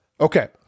Okay